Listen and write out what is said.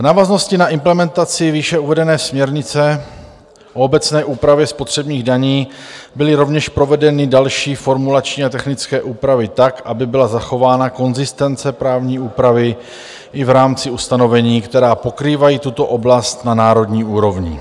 V návaznosti na implementaci výše uvedené směrnice o obecné úpravě spotřebních daní byly rovněž provedeny další formulační a technické úpravy tak, aby byla zachována konzistence právní úpravy i v rámci ustanovení, která pokrývají tuto oblast na národní úrovni.